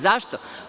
Zašto?